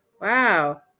Wow